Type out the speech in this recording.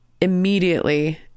immediately